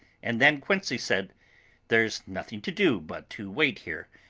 and then quincey said there's nothing to do but to wait here.